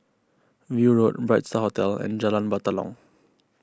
View Road Bright Star Hotel and Jalan Batalong